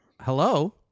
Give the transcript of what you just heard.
hello